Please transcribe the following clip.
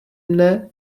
mne